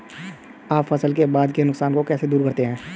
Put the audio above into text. आप फसल के बाद के नुकसान को कैसे दूर करते हैं?